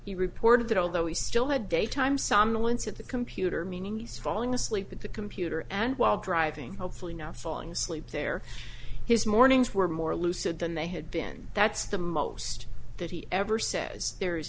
he reported that although he still had daytime somnolence at the computer meaning he's falling asleep at the computer and while driving hopefully not falling asleep there his mornings were more lucid than they had been that's the most that he ever says there